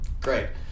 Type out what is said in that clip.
great